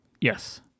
yes